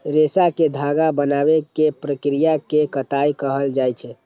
रेशा कें धागा बनाबै के प्रक्रिया कें कताइ कहल जाइ छै